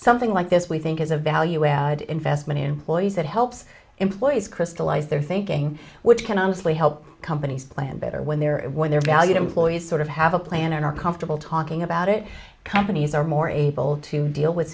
something like this we think is a value added investment in lawyers that helps employees crystallize their thinking which can honestly help companies plan better when they're when they're valued employees sort of have a plan and are comfortable talking about it companies are more able to deal with